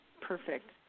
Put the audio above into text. Perfect